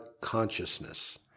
consciousness